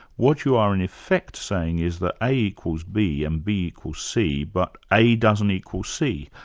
what you are in effect saying is that a equals b and b equals c, but a doesn't equal c,